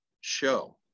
show